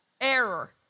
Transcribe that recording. error